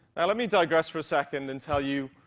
let me digress for a second and tell you,